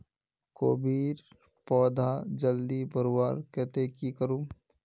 कोबीर पौधा जल्दी बढ़वार केते की करूम?